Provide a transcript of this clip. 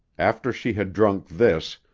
after she had drunk this,